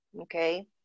Okay